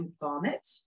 vomit